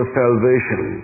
salvation